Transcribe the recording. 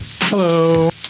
hello